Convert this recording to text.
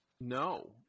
No